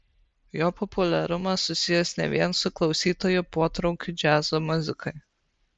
jo populiarumas susijęs ne vien su klausytojų potraukiu džiazo muzikai